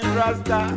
rasta